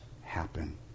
happen